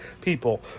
people